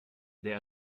der